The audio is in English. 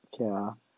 okay lah